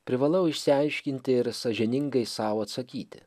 privalau išsiaiškinti ir sąžiningai sau atsakyti